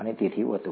અને તેથી વધુ